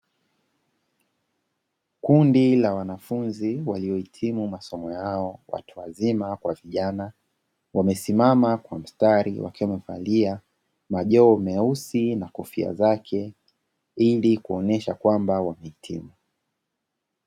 Kundi la wanafunzi waliohitimu masomo yao; watu wazima kwa vijana, wamesimama kwa mstari wakiwa wamevalia majoho meusi na kofia zake, ili kuonyesha kwamba wamehitimu.